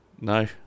no